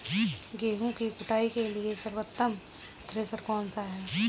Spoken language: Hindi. गेहूँ की कुटाई के लिए सर्वोत्तम थ्रेसर कौनसा है?